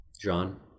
John